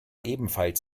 ebenfalls